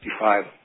55